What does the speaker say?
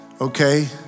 okay